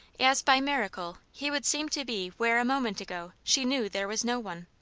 as by miracle he would seem to be where a moment ago she knew there was no one.